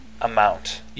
amount